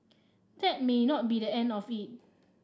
that may not be the end of it